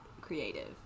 creative